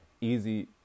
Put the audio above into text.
easy